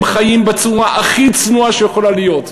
הם חיים בצורה הכי צנועה שיכולה להיות.